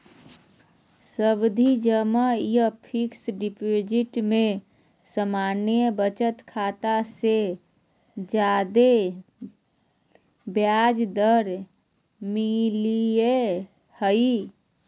सावधि जमा या फिक्स्ड डिपाजिट में सामान्य बचत खाता से ज्यादे ब्याज दर मिलय हय